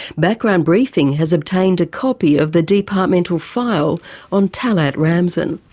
background briefing has obtained a copy of the departmental file on talet ramzan.